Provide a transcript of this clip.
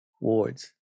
Ward's